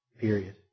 Period